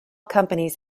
companies